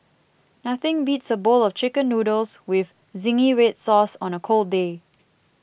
nothing beats a bowl of Chicken Noodles with Zingy Red Sauce on a cold day